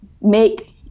make